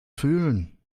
fühlen